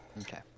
okay